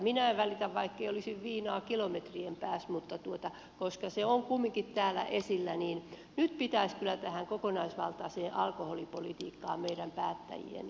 minä en välitä vaikkei olisi viinaa kilometrien päässä mutta koska se on kumminkin täällä esillä niin nyt pitäisi kyllä tätä kokonaisvaltaista alkoholipolitiikkaa meidän päättäjien miettiä